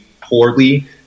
poorly